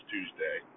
Tuesday